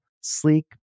sleek